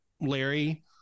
Larry